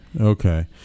Okay